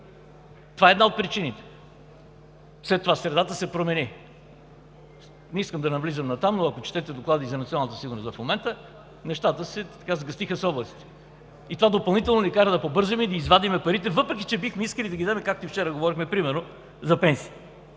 Това е една от причините. След това средата се промени. Не искам да навлизам натам, но ако четете доклади за националната сигурност в момента, нещата се сгъстиха с облаците. Това допълнително ни кара да побързаме и да извадим парите, въпреки че бихме искали да ги дадем, както и вчера говорихме, примерно за пенсии.